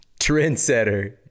trendsetter